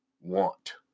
want